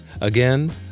Again